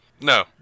No